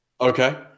Okay